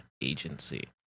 Agency